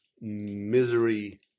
misery